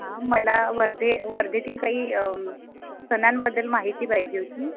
हां मला वर्धे वर्धेतील काही सणांबद्दल माहिती पाहिजे होती